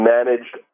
Managed